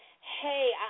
Hey